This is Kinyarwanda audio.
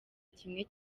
kimwe